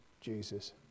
Jesus